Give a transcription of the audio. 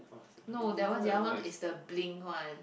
no there was the other one is the Blink one